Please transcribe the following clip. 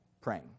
praying